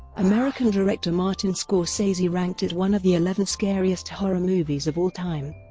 american director martin scorsese ranked it one of the eleven scariest horror movies of all time.